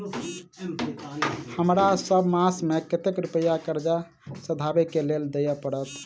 हमरा सब मास मे कतेक रुपया कर्जा सधाबई केँ लेल दइ पड़त?